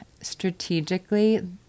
Strategically